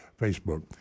Facebook